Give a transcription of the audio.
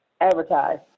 advertise